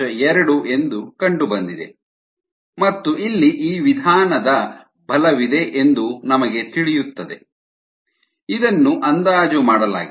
2 ಎಂದು ಕಂಡುಬಂದಿದೆ ಮತ್ತು ಇಲ್ಲಿ ಈ ವಿಧಾನದ ಬಲವಿದೆ ಎಂದು ನಮಗೆ ತಿಳಿಯುತ್ತದೆ ಇದನ್ನು ಅಂದಾಜು ಮಾಡಲಾಗಿದೆ